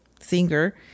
singer